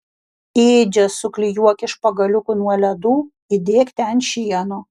ėdžias suklijuok iš pagaliukų nuo ledų įdėk ten šieno